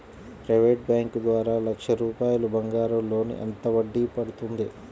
Private bank ద్వారా లక్ష రూపాయలు బంగారం లోన్ ఎంత వడ్డీ పడుతుంది?